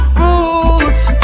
roots